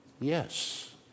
Yes